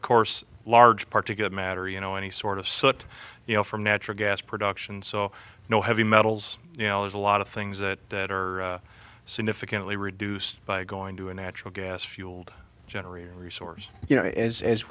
of course large part to get matter you know any sort of soot you know from natural gas production so no heavy metals you know there's a lot of things that are significantly reduced by going to a natural gas fueled generating resource you know as as